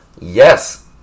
yes